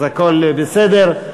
אז הכול בסדר.